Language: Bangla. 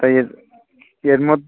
তাই এর এর মোদ